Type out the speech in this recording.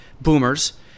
boomers